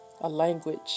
language